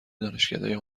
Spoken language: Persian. دانشکده